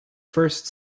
first